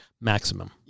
maximum